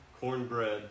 cornbread